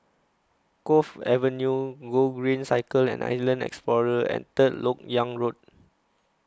Cove Avenue Gogreen Cycle and Island Explorer and Third Lok Yang Road